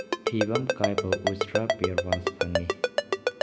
ꯐꯤꯕꯝ ꯀꯥꯏꯕ ꯎꯁꯇ꯭ꯔꯥ ꯕꯤꯌꯔ ꯋꯥꯁ ꯐꯪꯉꯤ